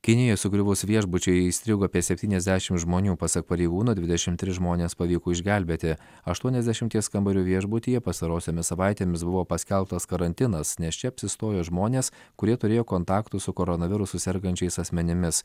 kinijoje sugriuvus viešbučiui įstrigo apie septyniasdešim žmonių pasak pareigūnų dvidešimt tris žmones pavyko išgelbėti aštuoniasdešimties kambarių viešbutyje pastarosiomis savaitėmis buvo paskelbtas karantinas nes čia apsistojo žmonės kurie turėjo kontaktų su koronavirusu sergančiais asmenimis